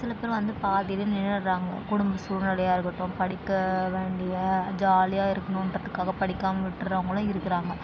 சிலப்பேர் வந்து பாதியிலே நின்றிட்றாங்க குடும்ப சூழ்நிலையாக இருக்கட்டும் படிக்க வேண்டிய ஜாலியாக இருக்கணுகிறதுக்காக படிக்காமல் விடுறவங்களும் இருக்கிறாங்க